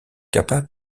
capable